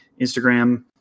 Instagram